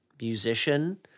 musician